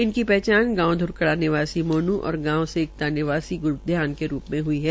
इनकी पहचान गांव ध्रकड़ा निवासी मोनू और गांव सेगता निवासी गुरध्यान के रूप में हुई है